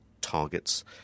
targets